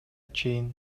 чейин